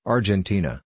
Argentina